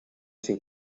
syn